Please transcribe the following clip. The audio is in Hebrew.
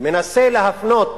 מנסה להפנות